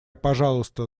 пожалуйста